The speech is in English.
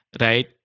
right